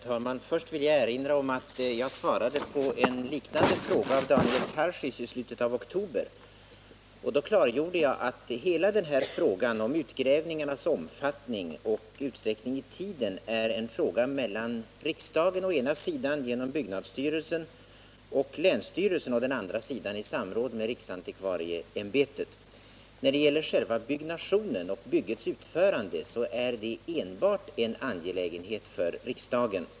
Herr talman! Först vill jag erinra om att jag svarade på en liknande fråga, av Daniel Tarschys, i slutet av oktober och då klargjorde att hela spörsmålet om utgrävningarnas omfattning och utsträckning i tiden är en angelägenhet mellan å ena sidan riksdagen genom byggnadsstyrelsen och å andra sidan länsstyrelsen i samråd med riksantikvarieämbetet. Själva byggnationen och byggets utförande är en angelägenhet enbart för riksdagen.